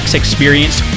experience